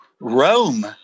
Rome